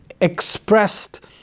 expressed